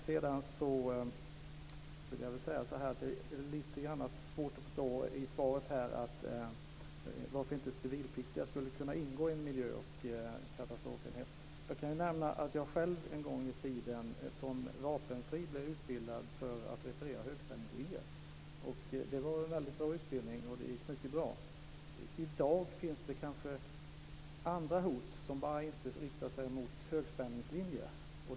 Det är lite grann svårt att förstå av svaret varför inte civilpliktiga skulle kunna ingå i en miljö och katastrofenhet. Jag kan nämna att jag själv en gång i tiden som vapenfri blev utbildad för att reparera högspänningslinjer. Det var en mycket bra utbildning. Det gick mycket bra. I dag finns det kanske andra hot som inte bara riktar sig mot högspänningslinjer.